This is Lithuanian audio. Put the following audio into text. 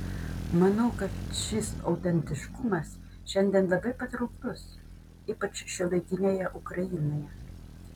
manau kad šis autentiškumas šiandien labai patrauklus ypač šiuolaikinėje ukrainoje